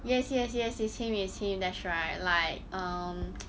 yes yes yes it's him it's him that's right like um